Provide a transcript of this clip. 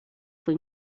fue